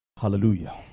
Hallelujah